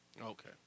Okay